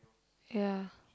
ya